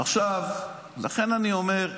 לכן אני אומר,